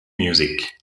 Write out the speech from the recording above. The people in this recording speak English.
music